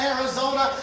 Arizona